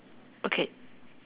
okay